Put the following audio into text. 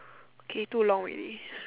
okay too long already